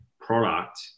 product